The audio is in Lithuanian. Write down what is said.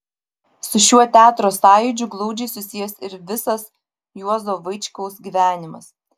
su šiuo teatro sąjūdžiu glaudžiai susijęs ir visas juozo vaičkaus gyvenimas